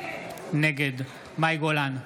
נגד מאי גולן,